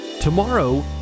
Tomorrow